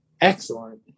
Excellent